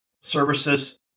services